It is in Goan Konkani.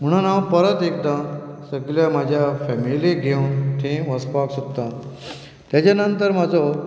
म्हणून हांव परत एकदां सगळ्या म्हज्या फेमिलीक घेवन थंय वचपाक सोदतां ताचे नंतर म्हजो